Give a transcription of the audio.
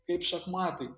kaip šachmatai